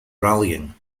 rallying